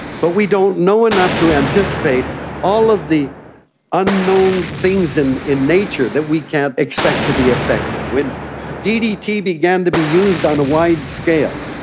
but we don't know enough to anticipate all of the unknown things in in nature that we can't expect to be affected. when ddt began to be used on a wide scale,